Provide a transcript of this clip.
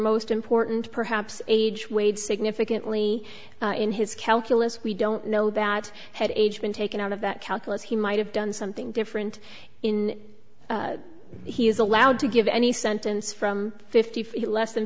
most important perhaps age weighed significantly in his calculus we don't know bad had age been taken out of that calculus he might have done something different in he is allowed to give any sentence from fifty feet less than